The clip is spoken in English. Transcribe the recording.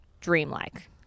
dreamlike